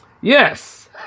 Yes